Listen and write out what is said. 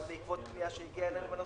גם בעקבות פנייה שהגיעה אלינו בנושא,